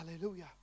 Hallelujah